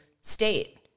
state